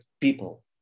people